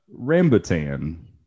rambutan